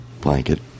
Blanket